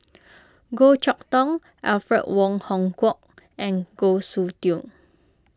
Goh Chok Tong Alfred Wong Hong Kwok and Goh Soon Tioe